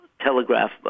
Telegraph